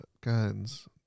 guns